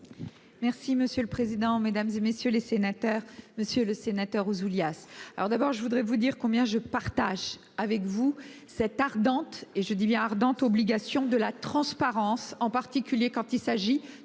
Merci monsieur le président, Mesdames, et messieurs les sénateurs, Monsieur le Sénateur Ouzoulias. Alors d'abord je voudrais vous dire combien je partage avec vous cette ardente et je dis bien ardente obligation de la transparence, en particulier quand il s'agit de l'avenir